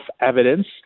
evidence